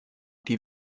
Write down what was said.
die